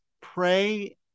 pray